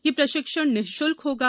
यह प्रशिक्षण निःशुल्क होगा